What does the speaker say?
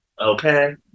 Okay